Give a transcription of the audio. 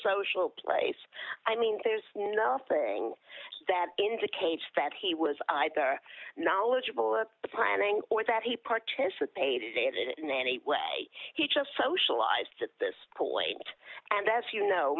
social place i mean there's nothing that indicates that he was either knowledgeable of the planning or that he participated in any way he just socialized at this point and that's you know